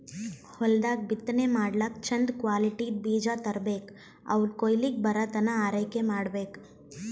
ಹೊಲ್ದಾಗ್ ಬಿತ್ತನೆ ಮಾಡ್ಲಾಕ್ಕ್ ಚಂದ್ ಕ್ವಾಲಿಟಿದ್ದ್ ಬೀಜ ತರ್ಬೆಕ್ ಅವ್ ಕೊಯ್ಲಿಗ್ ಬರತನಾ ಆರೈಕೆ ಮಾಡ್ಬೇಕ್